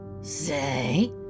say